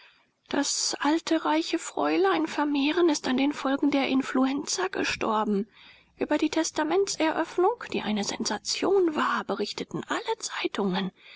das alte reiche fräulein vermehren ist an den folgen der influenza gestorben über die testamentseröffnung die eine sensation war berichteten alle zeitungen